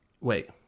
wait